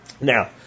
Now